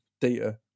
data